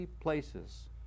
places